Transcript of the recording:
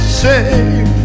say